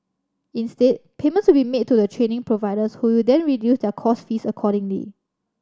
instead payments will be made to the training providers who will then reduce their course fees accordingly